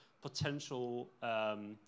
potential